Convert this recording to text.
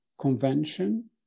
convention